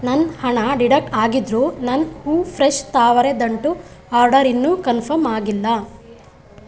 ನನ್ನ ಹಣ ಡಿಡಕ್ಟ್ ಆಗಿದ್ದರು ನನ್ನ ಹೂವು ಫ್ರೆಶ್ ತಾವರೆ ದಂಟು ಆರ್ಡರ್ ಇನ್ನು ಕನ್ಫರ್ಮ್ ಆಗಿಲ್ಲ